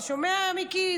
אתה שומע, מיקי?